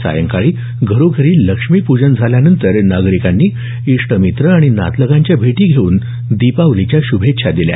सायंकाळी घरोघरी लक्ष्मीपूजन झाल्यानंतर नागरिकांनी इष्टमित्र आणि नातलगांच्या भेटी घेऊन दीपावलीच्या शुभेच्छा दिल्या